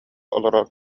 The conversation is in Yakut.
олорор